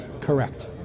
Correct